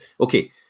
Okay